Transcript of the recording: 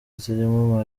zirimo